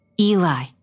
Eli